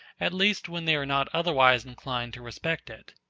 at least when they are not otherwise inclined to respect it.